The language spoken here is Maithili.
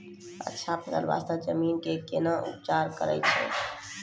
अच्छा फसल बास्ते जमीन कऽ कै ना उपचार करैय छै